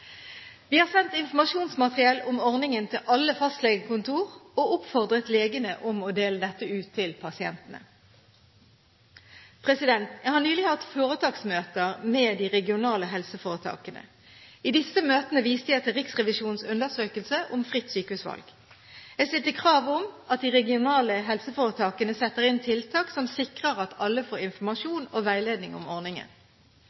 Vi har sendt informasjonsmateriell om ordningen til alle fastlegekontor og oppfordret legene om å dele dette ut til pasientene. Jeg har nylig hatt foretaksmøter med de regionale helseforetakene. I disse møtene viste jeg til Riksrevisjonens undersøkelse av ordningen med rett til fritt sykehusvalg. Jeg stilte krav om at de regionale helseforetakene setter inn tiltak som sikrer at alle får